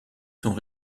sont